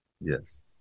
Yes